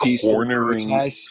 cornering